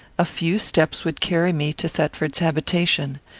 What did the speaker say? a few steps would carry me to thetford's habitation.